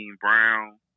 brown